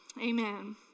Amen